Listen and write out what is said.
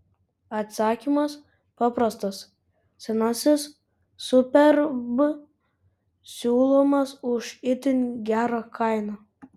atsakymas paprastas senasis superb siūlomas už itin gerą kainą